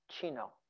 Chino